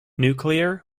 nuclear